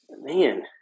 man